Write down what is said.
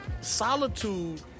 solitude